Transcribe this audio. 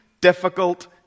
difficult